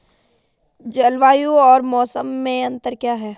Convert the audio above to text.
जलवायु और मौसम में अंतर क्या है?